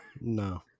No